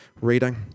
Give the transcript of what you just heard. reading